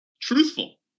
truthful